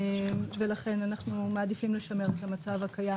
ולכן אנחנו מעדיפים לשמר את המצב הקיים.